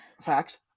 Facts